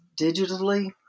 digitally